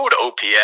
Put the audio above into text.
OPS